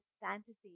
fantasy